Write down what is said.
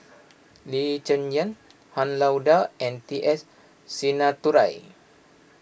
Lee Cheng Yan Han Lao Da and T S Sinnathuray